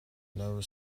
never